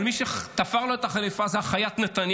אבל מי שתפר לו את החליפה הוא החייט נתניהו,